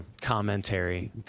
commentary